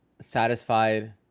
satisfied